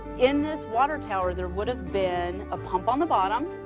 in this water tower there would have been a pump on the bottom,